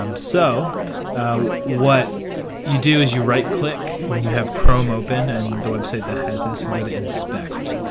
um so what you do is you right-click when you have chrome open, and the website that has this and go to inspect.